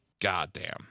goddamn